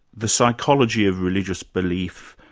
the psychology of religious belief,